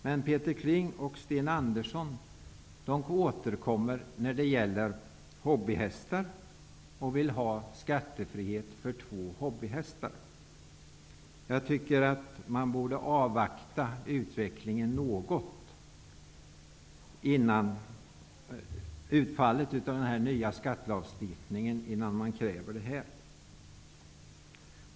Men Peter Kling och Sten Andersson återkommer när det gäller hobbyhästar och vill ha skattefrihet för två hobbyhästar. Jag tycker att man borde avvakta utfallet av den nya skattelagstiftningen innan man kräver detta.